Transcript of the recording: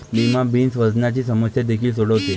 lima beans वजनाची समस्या देखील सोडवते